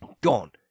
Gone